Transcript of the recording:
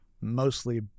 mostly